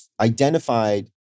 identified